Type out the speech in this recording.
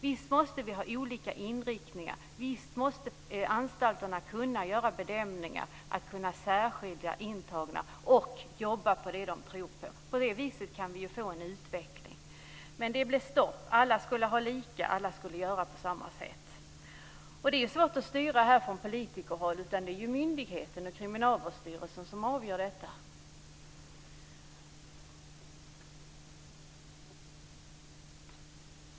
Visst måste vi kunna ha olika inriktningar, och visst måste anstalterna kunna göra bedömningar, kunna särskilja intagna och jobba för det som de tror på. På det viset kan vi få en utveckling. Men det blev stopp: Alla skulle vara lika, och alla skulle göra på samma sätt. Det är svårt att styra detta från politikerhåll. Det är ju myndigheten, Kriminalvårdsstyrelsen, som avgör detta.